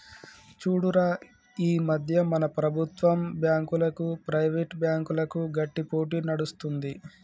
చూడురా ఈ మధ్య మన ప్రభుత్వం బాంకులకు, ప్రైవేట్ బ్యాంకులకు గట్టి పోటీ నడుస్తుంది